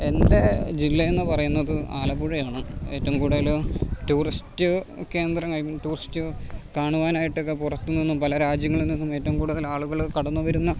എൻ്റെ ജില്ലയെന്ന് പറയുന്നത് ആലപ്പുഴയാണ് ഏറ്റോങ്കൂടല് ടൂറിസ്റ്റ് കേന്ദ്രം ഐ മീൻ ടൂറിസ്റ്റ് കാണുവാനായിട്ടൊക്കെ പുറത്തുനിന്നും പല രാജ്യങ്ങളിൽ നിന്നും ഏറ്റവും കൂടുതല് ആളുകള് കടന്നുവരുന്ന